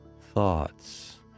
thoughts